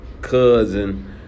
cousin